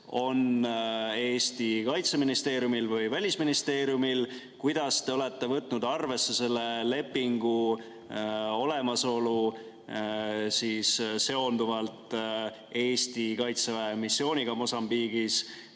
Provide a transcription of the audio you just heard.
on Eesti Kaitseministeeriumil või Välisministeeriumil. Kuidas te olete võtnud arvesse selle lepingu olemasolu seonduvalt Eesti Kaitseväe missiooniga Mosambiigis?